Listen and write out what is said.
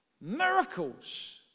miracles